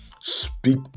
speak